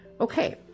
Okay